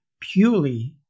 purely